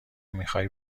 میخای